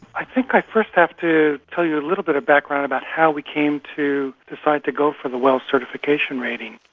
i think i first have to tell you little bit of background about how we came to decide to go for the well certification rating,